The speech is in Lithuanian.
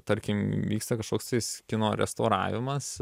tarkim vyksta kažkoks tais kino restauravimas